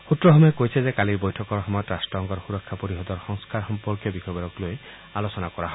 সূত্ৰসমূহে কৈছে যে কালিৰ বৈঠকৰ সময়ত ৰাট্টসংঘৰ সুৰক্ষা পৰিষদৰ সংস্কাৰ সম্পৰ্কীয় বিষয়বোৰক লৈ আলোচনা কৰা হয়